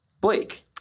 Blake